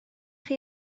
chi